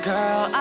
Girl